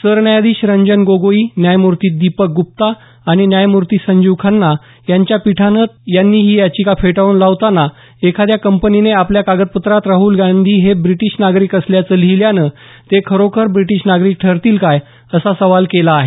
सरन्यायाधीश रंजन गोगोई न्यायमूर्ती दीपक गुप्ता आणि न्यायमूर्ती संजीव खन्ना यांच्या पीठानं यांनी ही याचिका फेटाळून लावताना एखाद्या कंपनीने आपल्या कागदपत्रात राहुल गांधी हे ब्रिटीश नागरिक असल्याचं लिहिल्यानं ते खरोखर ब्रिटीश नागरिक ठरतील काय असा सवाल केला आहे